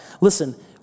Listen